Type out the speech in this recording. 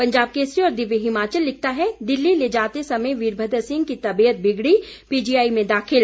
पंजाब केसरी और दिव्य हिमाचल लिखता है दिल्ली ले जाते समय वीरभद्र सिंह की तबीयत बिगड़ी पीजीआई में दाखिल